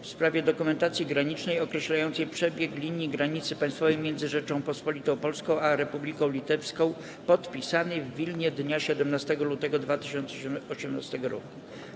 w sprawie dokumentacji granicznej określającej przebieg linii granicy państwowej między Rzecząpospolitą Polską a Republiką Litewską, podpisanej w Wilnie dnia 17 lutego 2018 r.